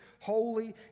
holy